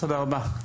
תודה רבה.